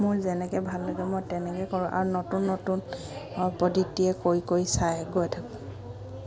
মোৰ যেনেকৈ ভাল লাগে মই তেনেকৈ কৰোঁ আৰু নতুন নতুন প্ৰদিতিয়ে কৰি কৰি চাই গৈ থাকোঁ